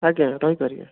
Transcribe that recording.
ଆଜ୍ଞା ରହିପାରିବେ